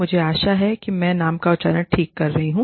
मुझे आशा है मैं नाम का उच्चारण ठीक कर रही हूँ